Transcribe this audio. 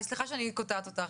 סליחה שאני קוטעת אותך.